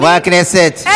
חברי הכנסת,